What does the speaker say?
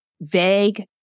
vague